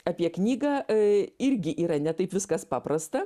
apie knygą irgi yra ne taip viskas paprasta